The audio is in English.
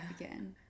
again